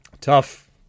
tough